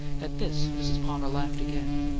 at this, mrs. palmer laughed again.